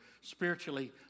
spiritually